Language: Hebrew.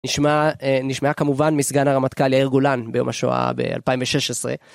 נשמע, אה, נשמעה כמובן מסגן הרמטכ"ל יאיר גולן ביום השואה ב-2016.